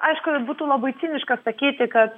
aišku būtų labai ciniška sakyti kad